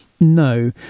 No